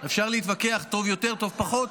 אפשר להתווכח, טוב יותר, טוב פחות.